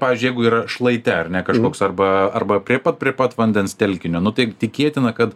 pavyzdžiui jeigu yra šlaite ar ne kažkoks arba arba prie pat prie pat vandens telkinio nu tai tikėtina kad